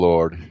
Lord